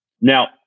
Now